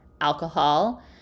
alcohol